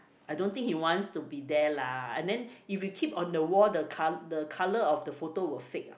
I don't think he wants to be there lah and then if you keep on the wall the col~ the colour of the photo will fade